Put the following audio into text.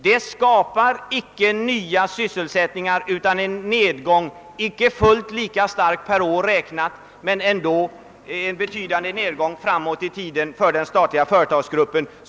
Det skapas inte nya sysselsättningstillfällen, utan det sker en nedgång i sysselsättningen — icke fullt lika stor per år som tidigare men ändå betydande — inom den statliga företagsgruppen.